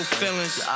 feelings